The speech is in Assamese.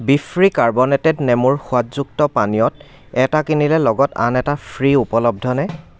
বিফ্ৰী কাৰ্বনেটেড নেমুৰ সোৱাদযুক্ত পানীয়ত এটা কিনিলে লগত আন এটা ফ্ৰী' উপলব্ধনে